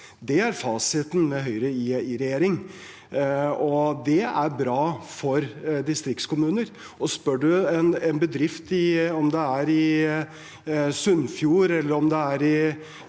Det er fasiten med Høyre i regjering, og det er bra for distriktskommuner. Spør man en bedrift, enten det er i Sunnfjord eller